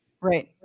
Right